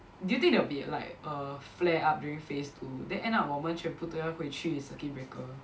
do you think there'll be like a flare up during phase two then end up 我们全部都要回去 circuit breaker